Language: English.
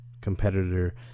competitor